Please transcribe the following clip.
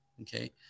Okay